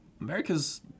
America's